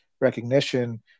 recognition